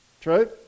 True